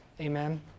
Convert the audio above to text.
Amen